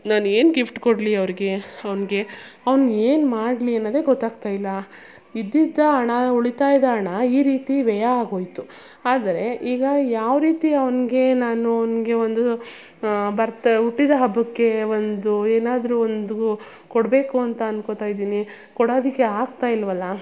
ನಾನು ಏನು ಗಿಫ್ಟ್ ಕೊಡಲಿ ಅವರಿಗೆ ಅವ್ನಿಗೆ ಅವನ್ನ ಏನು ಮಾಡಲಿ ಅನ್ನೋದೆ ಗೊತ್ತಾಗುತ್ತ ಇಲ್ಲ ಇದ್ದಿದ್ದ ಹಣ ಉಳಿತಾಯದ ಹಣ ಈ ರೀತಿ ವ್ಯಯ ಆಗೋಯಿತು ಆದರೆ ಈಗ ಯಾವ ರೀತಿ ಅವ್ನಿಗೆ ನಾನು ಅವ್ನಿಗೆ ಒಂದು ಬರ್ತ್ ಹುಟ್ಟಿದ ಹಬ್ಬಕ್ಕೆ ಒಂದು ಏನಾದರು ಒಂದು ಕೊಡಬೇಕು ಅಂತ ಅಂದ್ಕೋತಾ ಇದ್ದೀನಿ ಕೊಡೋದಿಕ್ಕೆ ಆಗುತ್ತಾ ಇಲ್ಲವಲ್ಲ